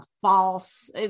false